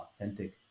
authentic